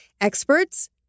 Experts